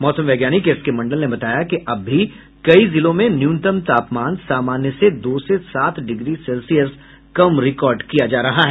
मौसम वैज्ञानिक एसके मंडल ने बताया कि अब भी कई जिलों में न्यूनतम तापमान सामान्य से दो से सात डिग्री सेल्सियस कम रिकार्ड किया जा रहा है